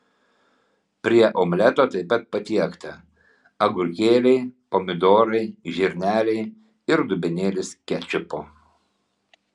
prie omleto taip pat patiekta agurkėliai pomidorai žirneliai ir dubenėlis kečupo